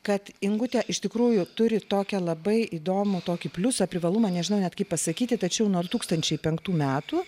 kad ingutė iš tikrųjų turi tokią labai įdomų tokį pliusą privalumą nežinau net kaip pasakyti tačiau nuo du tūkstančiai penktų metų